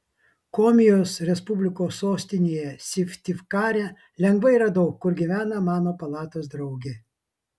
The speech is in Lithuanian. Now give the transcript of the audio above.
komijos respublikos sostinėje syktyvkare lengvai radau kur gyvena mano palatos draugė